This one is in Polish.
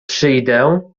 przyjdę